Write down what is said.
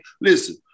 listen